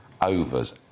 overs